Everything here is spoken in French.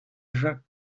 jacques